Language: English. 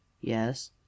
yes